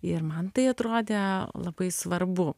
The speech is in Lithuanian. ir man tai atrodė labai svarbu